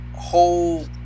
whole